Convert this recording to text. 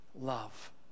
love